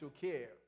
care